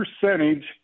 percentage